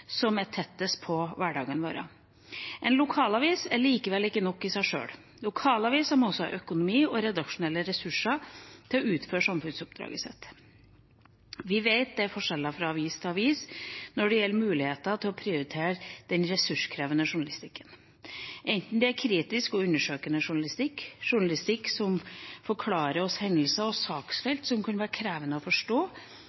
som er tettest på hverdagen vår. En lokalavis er likevel ikke nok i seg sjøl. Lokalaviser må også ha økonomi og redaksjonelle ressurser til å utføre samfunnsoppdraget sitt. Vi vet at det er forskjeller fra avis til avis når det gjelder muligheter til å prioritere den ressurskrevende journalistikken, enten det er kritisk og undersøkende journalistikk, journalistikk som forklarer oss hendelser og